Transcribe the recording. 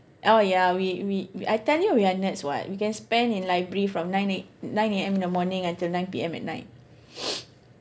oh ya we we I tell you we are nerds [what] we can spend in library from nine eh nine A_M in the morning until nine P_M at night